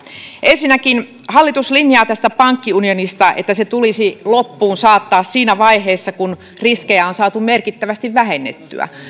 ensinnäkin hallitus linjaa pankkiunionista että se tulisi loppuunsaattaa siinä vaiheessa kun riskejä on on saatu merkittävästi vähennettyä